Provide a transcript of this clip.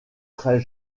très